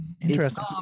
Interesting